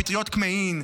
פטריות כמהין,